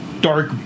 dark